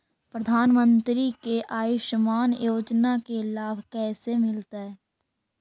प्रधानमंत्री के आयुषमान योजना के लाभ कैसे मिलतै?